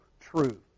truth